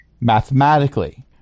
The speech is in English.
Mathematically